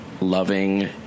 loving